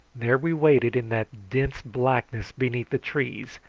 there we waited in that dense blackness beneath the trees,